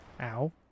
Ow